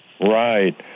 Right